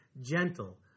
gentle